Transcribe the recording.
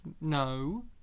No